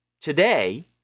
today